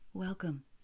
Welcome